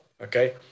okay